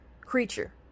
creature